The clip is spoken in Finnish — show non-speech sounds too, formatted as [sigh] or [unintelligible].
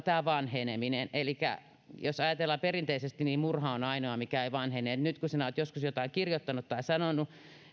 [unintelligible] tämä vanheneminen elikkä jos ajatellaan perinteisesti niin murha on ainoa mikä ei vanhene nyt kun sinä olet joskus jotain kirjoittanut tai sanonut